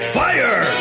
fire